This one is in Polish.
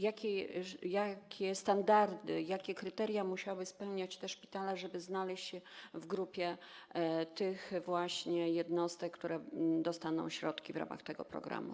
Jakie standardy, jakie kryteria musiały spełniać te szpitale, żeby znaleźć się w grupie tych właśnie jednostek, które dostaną środki w ramach tego programu?